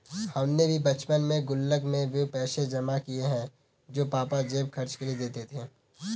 हमने भी बचपन में गुल्लक में वो पैसे जमा किये हैं जो पापा जेब खर्च के लिए देते थे